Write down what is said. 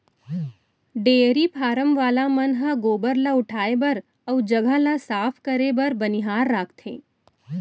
dairy farm वाला मन ह गोबर ल उठाए बर अउ जघा ल साफ करे बर बनिहार राखथें